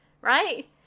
right